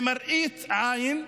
למראית עין,